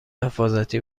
حفاظتی